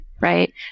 Right